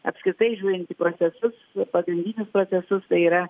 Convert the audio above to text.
apskritai žiūrint į procesus pagrindinius procesus tai yra